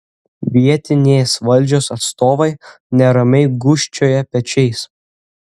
vietinės valdžios atstovai neramiai gūžčioja pečiais